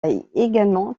également